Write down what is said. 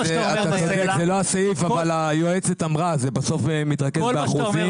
זה לא הסעיף אבל היועצת אמרה שבסוף זה מתרכז באחוזים.